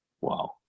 Wow